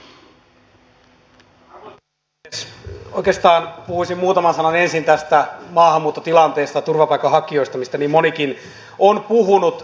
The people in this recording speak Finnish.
oikeastaan puhuisin muutaman sanan ensin tästä maahanmuuttotilanteesta ja turvapaikanhakijoista mistä niin monikin on puhunut